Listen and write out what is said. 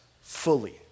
fully